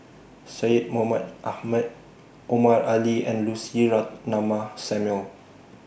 Syed Mohamed Ahmed Omar Ali and Lucy Samuel